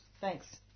Thanks